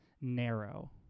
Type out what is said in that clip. narrow